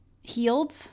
healed